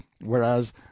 whereas